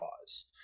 cause